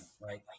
right